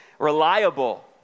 Reliable